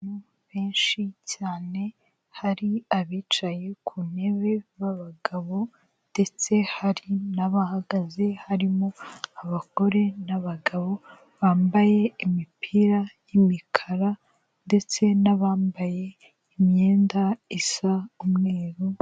Abantu benshi cyane, hari abicaye ku ntebe b'abagabo, ndetse hari n'abahagaze. Harimo abagore n'abagabo bambaye imipira y'imikara, ndetse n'abambaye imyenda isa umweru.